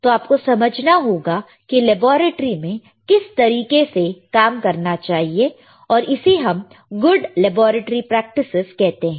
तो आप को समझना होगा कि लेबोरेटरी में किस तरीके से काम करना चाहिए और इसे हम गुड लैबोरेट्री प्रैक्टिसस कहते हैं